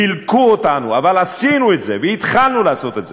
הלקו אותנו, אבל עשינו את זה; התחלנו לעשות את זה.